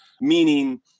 Meaning